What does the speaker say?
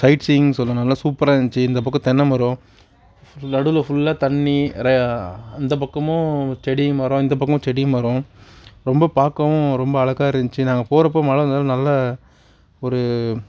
side சீன்னு சொல்லலாம் நல்ல சூப்பராக இருந்துச்சு இந்த பக்கம் தென்னை மரம் நடுவில் ஃபுல்லாக தண்ணி இந்த பக்கமும் செடி மரம் இந்த பக்கமும் செடி மரம் ரொம்ப பார்க்கவும் ரொம்ப அழகாக இருந்துச்சு நாங்கள் போகிறப்ப மழைனால நல்லா ஒரு